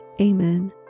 Amen